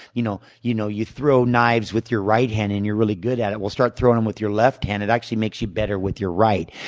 you know you know, you throw knives with your right hand and you're really good at it well, start throwing them with your left hand and it actually makes you better with your right.